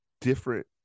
different